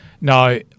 No